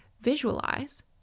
visualize